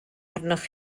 arnoch